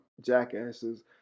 jackasses